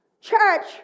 Church